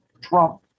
Trump